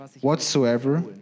whatsoever